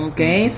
Okay